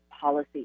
policy